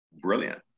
brilliant